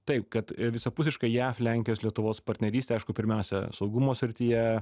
taip kad visapusiškai jav lenkijos lietuvos partnerystė aišku pirmiausia saugumo srityje